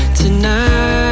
tonight